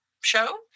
show